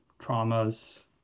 traumas